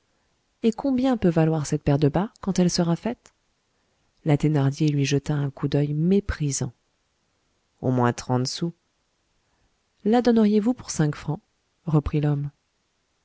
et combien peut valoir cette paire de bas quand elle sera faite la thénardier lui jeta un coup d'oeil méprisant au moins trente sous la donneriez-vous pour cinq francs reprit l'homme